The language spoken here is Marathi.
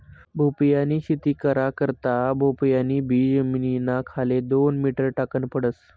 भोपयानी शेती करा करता भोपयान बी जमीनना खाले दोन मीटर टाकन पडस